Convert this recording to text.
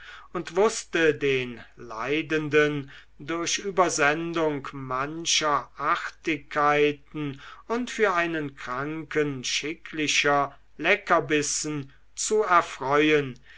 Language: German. und wußte den leidenden durch übersendung mancher artigkeit und für einen kranken schicklicher leckerbissen zu erfreuen